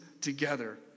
together